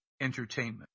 entertainment